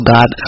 God